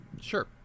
sure